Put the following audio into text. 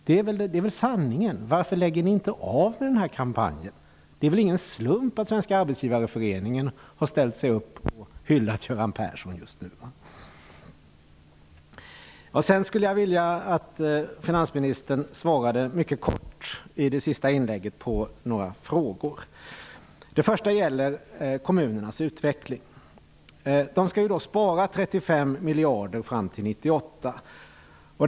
Det är väl sanningen. Varför lägger ni inte av med den här kampanjen? Det är väl ingen slump att Svenska arbetsgivareföreningen har ställt sig upp och hyllat Göran Persson just nu. Jag skulle vilja att finansministern i sitt sista inlägg mycket kort svarade på några frågor. Den första gäller kommunernas utveckling. De skall ju spara 35 miljarder fram till 1998.